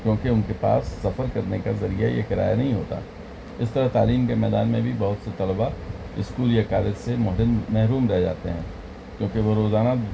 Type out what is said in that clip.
کیونکہ ان کے پاس سفر کرنے کا ذریعہ یا کرایہ نہیں ہوتا اس طرح تعلیم کے میدان میں بھی بہت سے طلبا اسکول یا کالج سے محروم رہ جاتے ہیں کیونکہ وہ روزانہ